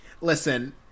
listen